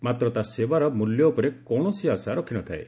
ମାତ୍ର ତା ସେବାର ମୂଲ୍ୟ ଉପରେ କୌଣସି ଆଶା ରଖିନଥାଏ